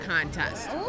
contest